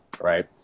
Right